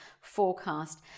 forecast